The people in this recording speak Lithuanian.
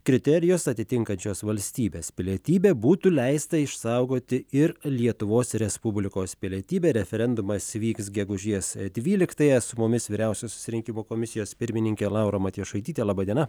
kriterijus atitinkančios valstybės pilietybę būtų leista išsaugoti ir lietuvos respublikos pilietybę referendumas vyks gegužės dvyliktąją su mumis vyriausiosios rinkimų komisijos pirmininkė laura matjošaitytė laba diena